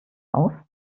auf